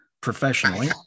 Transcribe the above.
professionally